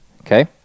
Okay